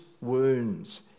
wounds